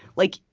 like,